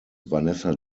vanessa